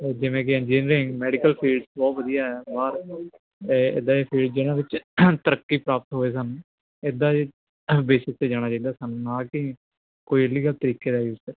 ਜਿਵੇਂ ਕਿ engineering medical field ਬਹੁਤ ਵਧੀਆ ਬਾਹਰ ਅਤੇ ਇੱਦਾਂ ਦੀ ਫੀਲਡ ਜਿਹਨਾਂ ਵਿੱਚ ਤਰੱਕੀ ਪ੍ਰਾਪਤ ਹੋਏ ਸਨ ਇੱਦਾਂ ਹੀ ਬੇਸਿਕ 'ਤੇ ਜਾਣਾ ਚਾਹੀਦਾ ਸਾਨੂੰ ਨਾ ਕਿ ਕੋਈ ਇਲੀਗਲ ਤਰੀਕੇ ਦਾ ਯੂਸ ਕਰਕੇ